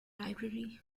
library